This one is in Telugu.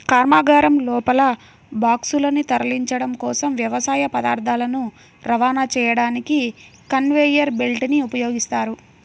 కర్మాగారం లోపల బాక్సులను తరలించడం కోసం, వ్యవసాయ పదార్థాలను రవాణా చేయడానికి కన్వేయర్ బెల్ట్ ని ఉపయోగిస్తారు